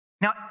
now